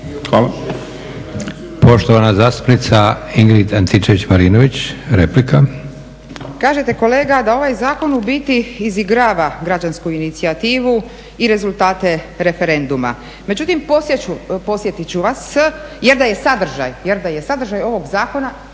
lijepa. Poštovana zastupnica Ingrid Antičević-Marinović, replika. **Antičević Marinović, Ingrid (SDP)** Kažete kolega da ovaj zakon u biti izigrava građansku inicijativu i rezultate referenduma. Međutim podsjetit ću vas jer da je sadržaj ovog zakona